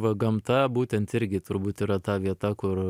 va gamta būtent irgi turbūt yra ta vieta kur